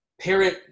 parent